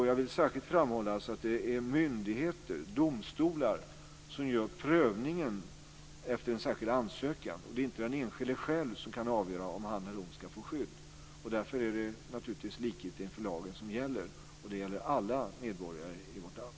Jag vill särskilt framhålla att det är myndigheter och domstolar som gör prövningen efter en särskild ansökan. Det är inte den enskilde själv som kan avgöra om han eller hon ska få skydd. Därför är det likhet inför lagen som gäller. Det gäller alla medborgare i vårt land.